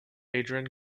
adrian